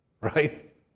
right